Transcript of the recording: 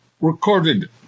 Recorded